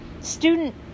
student